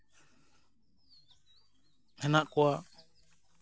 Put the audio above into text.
ᱦᱮᱱᱟᱜ ᱠᱚᱣᱟ